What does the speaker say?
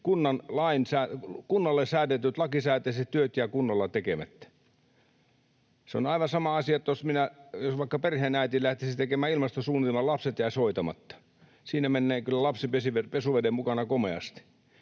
kunnalle säädetyt lakisääteiset työt jäävät kunnolla tekemättä? Se on aivan sama asia, että jos vaikka perheen äiti lähtisi tekemään ilmastosuunnitelmaa, niin lapset jäisivät hoitamatta. Siinä menee kyllä lapsi pesuveden mukana komeasti.